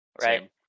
Right